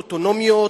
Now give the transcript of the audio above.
אוטונומיות,